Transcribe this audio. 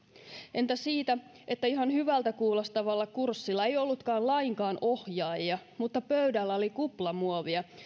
entä siitä että ihan hyvältä kuulostavalla kurssilla ei ollutkaan lainkaan ohjaajia mutta pöydällä oli kuplamuovia